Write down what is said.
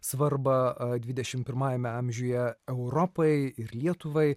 svarba dvidešimt pirmajame amžiuje europai ir lietuvai